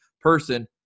person